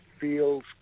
feels